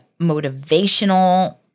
motivational